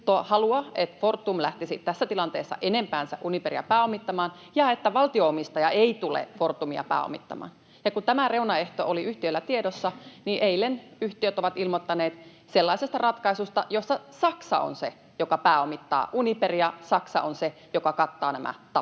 halua, että Fortum lähtisi tässä tilanteessa enempäänsä Uniperia pääomittamaan — ja että valtio-omistaja ei tule Fortumia pääomittamaan. Ja kun tämä reunaehto oli yhtiöllä tiedossa, niin eilen yhtiöt ovat ilmoittaneet sellaisesta ratkaisusta, jossa Saksa on se, joka pääomittaa Uniperia. Saksa on se, joka kattaa nämä tappiot.